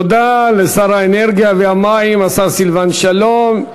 תודה לשר האנרגיה והמים, השר סילבן שלום.